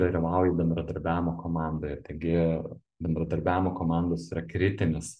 dalyvauji bendradarbiavimo komandoje taigi bendradarbiavimo komandos yra kritinis